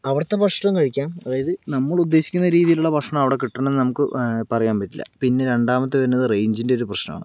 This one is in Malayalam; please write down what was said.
അവിടുത്തെ ഭക്ഷണം കഴിക്കാം അതായത് നമ്മൾ ഉദ്ദേശിക്കുന്ന രീതിയിൽ ഉള്ള ഭക്ഷണം അവിടെ കിട്ടണം എന്ന് നമുക്ക് പറയാൻ പറ്റില്ല പിന്നെ രണ്ടാമത്തെ വരുന്നത് റേഞ്ചിൻ്റെ പ്രശ്നമാണ്